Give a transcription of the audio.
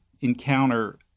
encounter